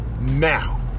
now